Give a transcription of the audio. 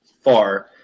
far